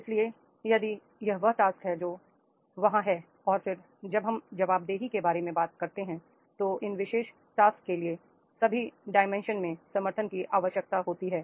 इसलिए यदि यह वह टास्क है जो वहां है और फिर जब हम जवाबदेही के बारे में बात करते हैं तो इन विशेषटास्क के लिए सभी डाइमेंशन के समर्थन की आवश्यकता होती है